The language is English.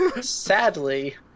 Sadly